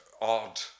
odd